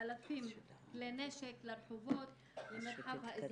אלפי כלי נשק לרחובות, למרחב האזרחי.